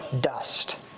dust